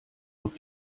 auf